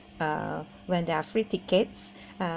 uh when there are free tickets uh